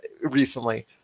recently